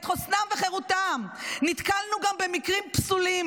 את חוסנם וחירותם: "נתקלנו גם במקרים פסולים